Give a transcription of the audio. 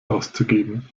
auszugeben